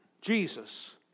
Jesus